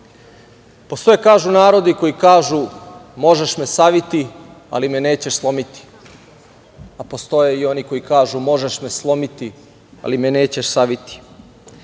plati. Postoje kažu, narodi koji kažu – možeš me saviti, ali me nećeš slomiti, a postoje i oni koji kažu – možeš me slomiti, ali me nećeš saviti.